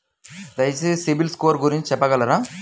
దయచేసి సిబిల్ స్కోర్ గురించి చెప్పగలరా?